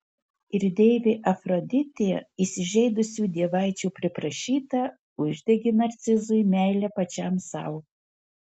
ir deivė afroditė įsižeidusių dievaičių priprašyta uždegė narcizui meilę pačiam sau